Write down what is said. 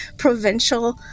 provincial